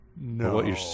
No